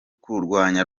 kurwanya